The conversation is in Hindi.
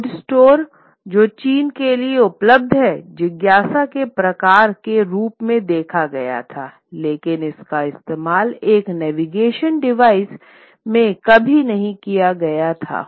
लोड स्टोर जो चीनी के लिए उपलब्ध हैं जिज्ञासा के प्रकार के रूप में देखा गया था लेकिन इसका इस्तेमाल एक नेविगेशनल डिवाइस में कभी नहीं किया गया था